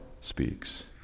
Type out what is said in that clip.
speaks